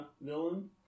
villain